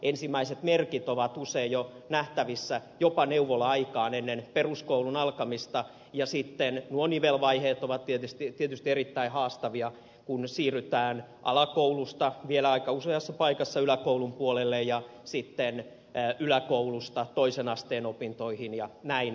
ensimmäiset merkit ovat usein jo nähtävissä jopa neuvola aikaan ennen peruskoulun alkamista ja sitten nuo nivelvaiheet ovat tietysti erittäin haastavia kun siirrytään alakoulusta vielä aika useassa paikassa yläkoulun puolelle ja sitten yläkoulusta toisen asteen opintoihin jnp